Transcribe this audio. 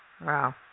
Wow